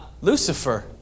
Lucifer